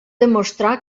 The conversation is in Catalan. demostrar